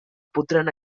podrán